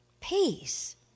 Peace